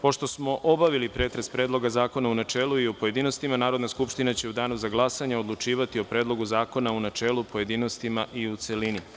Pošto smo obavili pretres Predlog zakona u načelu i u pojedinostima, Narodna skupština će u danu za glasanje odlučivati o Predlogu zakona u načelu, pojedinostima i u celini.